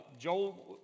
Joel